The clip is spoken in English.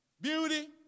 beauty